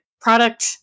product